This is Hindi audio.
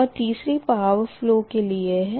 और तिसरी पावर फ़लो के लिए है